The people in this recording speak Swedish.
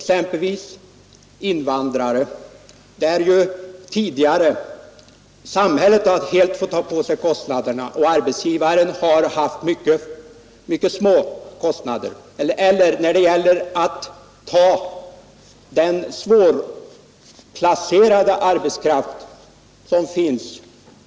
För invandrare har ju samhället tidigare helt fått ta på sig kostnaderna, och arbetsgivaren har haft mycket små kostnader. Den svårplacerade arbetskraft som finns